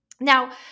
now